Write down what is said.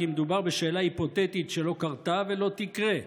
כי מדובר בשאלה היפותטית שלא קרתה ולא תקרה,